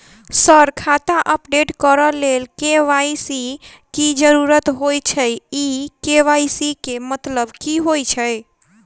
Sir खाता update करऽ लेल के.वाई.सी की जरुरत होइ छैय इ के.वाई.सी केँ मतलब की होइ छैय?